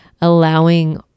allowing